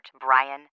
Brian